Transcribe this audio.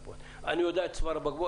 אני יודע על צוואר הבקבוק.